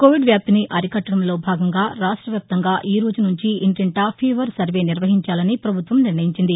Covid వ్యాప్తిని అరికట్టడంలో భాగంగా రాష్ట్ర వ్యాప్తంగా ఈరోజు నుంచి ఇంటింటా ఫీవర్ సర్వే నిర్వహించాలని పభుత్వం నిర్ణయించింది